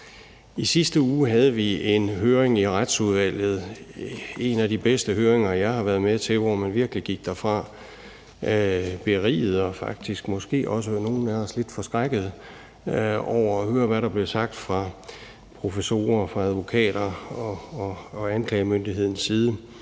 I sidste uge havde vi en høring i Retsudvalget – en af de bedste høringer, jeg har været med til – hvor man virkelig gik derfra beriget og nogle af os måske lidt forskrækkede over at høre, hvad der blev sagt fra professorer, advokater og anklagemyndighedens side.